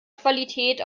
qualität